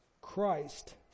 Christ